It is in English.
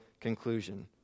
conclusion